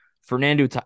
Fernando